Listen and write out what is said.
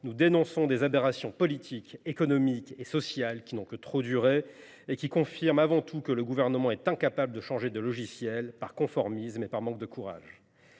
nous dénonçons des aberrations politiques, économiques et sociales qui n’ont que trop duré et qui confirment avant tout que l’exécutif est incapable de changer de logiciel, par conformisme et par manque de courage.